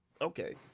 okay